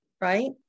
Right